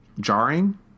jarring